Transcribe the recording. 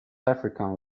african